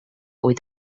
with